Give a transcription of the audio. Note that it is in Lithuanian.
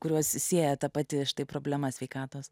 kuriuos sieja ta pati štai problema sveikatos